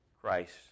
Christ